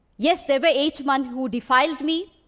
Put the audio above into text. yes, there were eight men who defiled me,